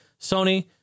Sony